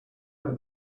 know